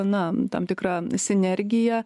na tam tikra sinergija